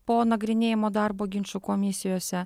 po nagrinėjimo darbo ginčų komisijose